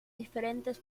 diferentes